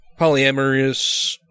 polyamorous